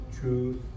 truth